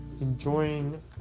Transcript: enjoying